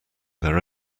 their